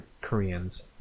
Koreans